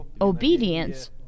obedience